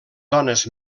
dones